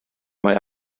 mae